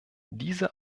diese